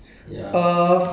oh okay